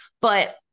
But-